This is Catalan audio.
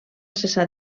cessar